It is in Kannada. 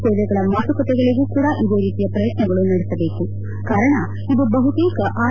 ಸೇವೆಗಳ ಮಾತುಕತೆಗಳಿಗು ಕೂಡ ಇದೇ ರೀತಿಯ ಪ್ರಯತ್ನಗಳು ನಡೆಸಬೇಕು ಕಾರಣ ಇದು ಬಹುತೇಕ ಆರ್